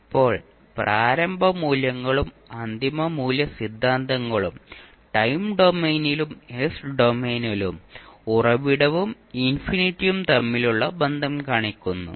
ഇപ്പോൾ പ്രാരംഭ മൂല്യങ്ങളും അന്തിമ മൂല്യ സിദ്ധാന്തങ്ങളും ടൈം ഡൊമെയ്നിലും s ഡൊമെയ്നിലും ഉറവിടവും ഇൻഫിനിറ്റിയും തമ്മിലുള്ള ബന്ധം കാണിക്കുന്നു